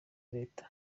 leta